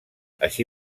així